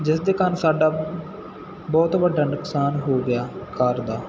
ਜਿਸ ਦੇ ਕਾਰਨ ਸਾਡਾ ਬਹੁਤ ਵੱਡਾ ਨੁਕਸਾਨ ਹੋ ਗਿਆ ਕਾਰ ਦਾ